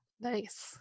Nice